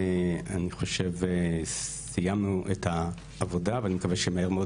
אני חושב שסיימנו את העבודה עליו ואני מקווה שמהר מאוד